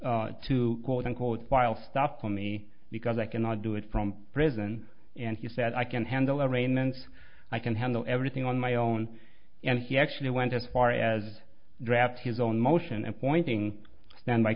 counsel to quote unquote file stuff for me because i cannot do it from prison and he said i can handle arrangements i can handle everything on my own and he actually went as far as draft his own motion appointing